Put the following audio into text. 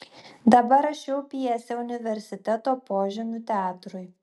dabar rašiau pjesę universiteto požemių teatrui